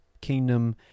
kingdom